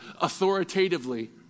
authoritatively